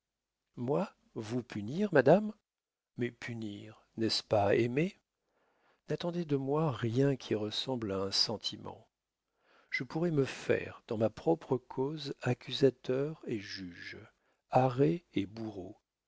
moi vous punir madame mais punir n'est-ce pas aimer n'attendez de moi rien qui ressemble à un sentiment je pourrais me faire dans ma propre cause accusateur et juge arrêt et bourreau